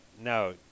no